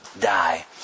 die